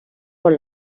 por